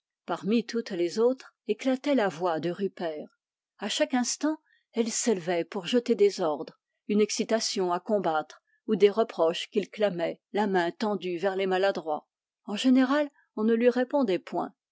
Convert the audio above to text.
parmi toutes les autres éclatait la voix de rupert à chaque instant elle s'élevait pour jeter des ordres une excitation à combattre ou des reproches qu'il clamait la main tendue vers les maladroits en général on ne lui répondait point